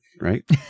right